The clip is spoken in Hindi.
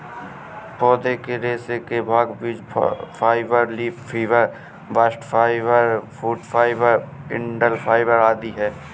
पौधे के रेशे के भाग बीज fibre, leaf fibre, bast fibre, fruit fibre, डंठल फाइबर आदि है